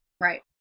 Right